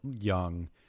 young